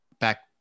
back